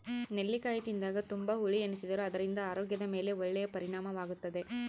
ನೆಲ್ಲಿಕಾಯಿ ತಿಂದಾಗ ತುಂಬಾ ಹುಳಿ ಎನಿಸಿದರೂ ಅದರಿಂದ ಆರೋಗ್ಯದ ಮೇಲೆ ಒಳ್ಳೆಯ ಪರಿಣಾಮವಾಗುತ್ತದೆ